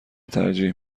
ترجیح